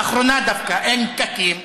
לאחרונה דווקא אין פקקים.